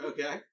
Okay